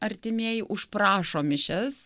artimieji užprašo mišias